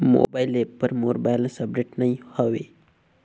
mobile app पर मोर balance update नई हवे